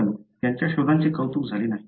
पण त्यांच्या शोधांचे कौतुक झाले नाही